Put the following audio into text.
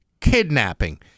kidnapping